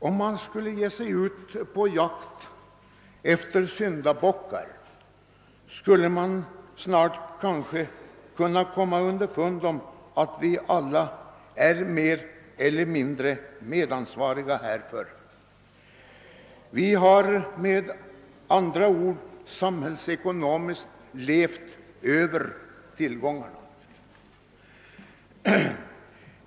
Ger man sig ut på jakt efter syndahockar kommer man kanske snart underfund med att vi alla är mer eller mindre medansvariga för att vi samhällsekonomiskt levt över tillgångarna.